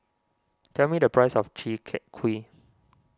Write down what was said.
tell me the price of Chi Kak Kuih